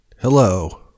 Hello